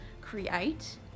create